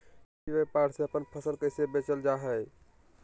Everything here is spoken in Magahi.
ई व्यापार से अपन फसल कैसे बेचल जा हाय?